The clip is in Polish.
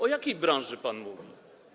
O jakiej branży pan mówi?